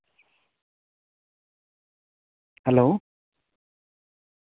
hello